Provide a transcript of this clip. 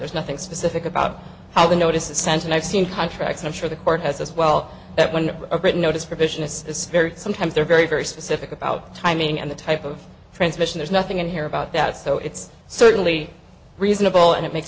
there's nothing specific about how they notice a sense and i've seen contracts i'm sure the court has as well that when a written notice propitious is scary sometimes they're very very specific about timing and the type of transmission there's nothing in here about that so it's certainly reasonable and it makes